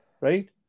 right